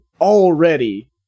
already